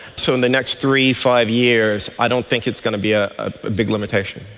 so in the next three, five years i don't think it's going to be a ah big limitation.